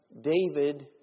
David